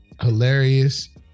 Hilarious